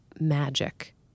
magic